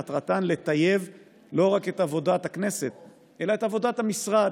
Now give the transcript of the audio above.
מטרתן לטייב לא רק את עבודת הכנסת אלא את עבודת המשרד,